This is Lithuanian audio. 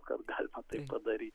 kad galima tai padaryti